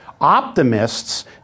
Optimists